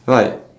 right